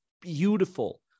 beautiful